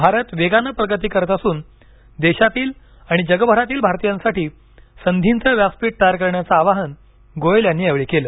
भारत वेगानं प्रगती करत असून देशातील आणि जगभरातील भारतीयांसाठी संधीचं व्यासपीठ तयार करण्याचं आवाहन गोयल यांनी यावेळी केलं